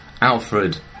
Alfred